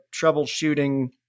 troubleshooting